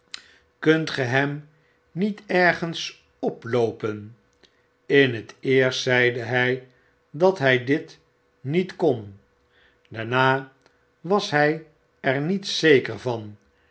kunt ge hem niet ergens oploopen in het eerst zeide hy dat hy dit niet kon daarna was hy er niet zeker van